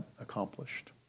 accomplished